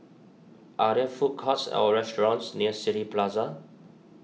are there food courts or restaurants near City Plaza